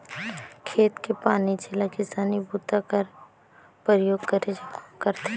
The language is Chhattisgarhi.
खेत के पानी जेला किसानी बूता बर परयोग करथे